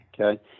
Okay